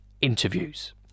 interviews